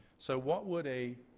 so what would a